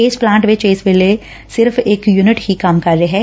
ਇਸ ਪਲਾਂਟ ਵਿੱਚ ਇਸ ਵੇਲੇ ਸਿਰਫ਼ ਇੱਕ ਯੁਨਿਟ ਹੀ ਕੰਮ ਕਰ ਰਿਹੈ